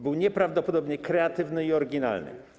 Był nieprawdopodobnie kreatywny i oryginalny.